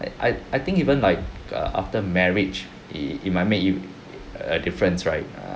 I I think even like err after marriage it it might make you err difference right